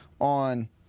on